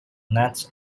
net